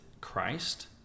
Christ